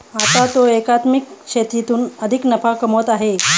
आता तो एकात्मिक शेतीतून अधिक नफा कमवत आहे